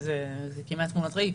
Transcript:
זה כמעט תמונת ראי.